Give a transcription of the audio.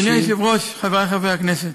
אדוני היושב-ראש, חברי חברי הכנסת,